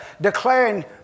declaring